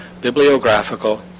bibliographical